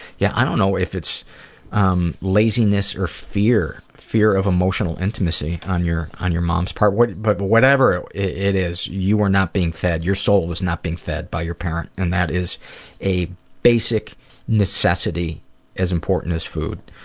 ya, i don't know if it's um laziness or fear. fear of emotional intimacy on your on your mom's part. but but whatever it it is you were not being fed, your soul was not being fed by your parent and that is a basic necessity as important as food.